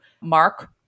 mark